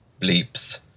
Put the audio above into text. bleeps